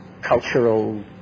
cultural